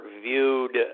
viewed